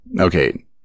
okay